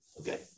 Okay